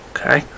Okay